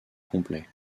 complet